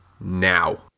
now